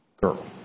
girl